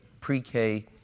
pre-K